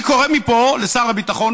אני קורא מפה לשר הביטחון,